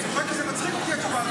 אני צוחק כי מצחיקה אותי התשובה שלך.